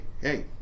hey